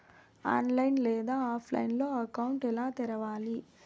online లేదా ఆఫ్లైన్లో account ఎలా తెరవాలి